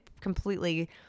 completely